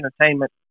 entertainment